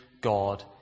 God